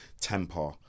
Temper